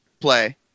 play